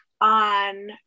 on